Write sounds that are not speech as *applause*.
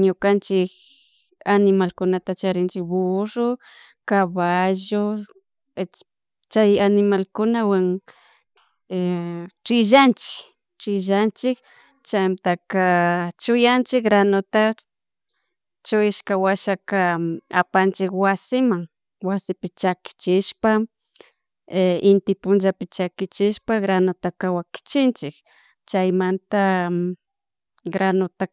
ñukanchik animalkunakunta charinchin burro, caballo, chay animalkunawan *hesitation* trillanchik trillanchik chantaka chuyanchik granota, chuyashka washaka apanchik wasiman wasipi chakichishpa inti punllapi chakichishpa granotala wakichinchik chamanata granota